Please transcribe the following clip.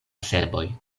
serboj